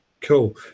Cool